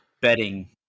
betting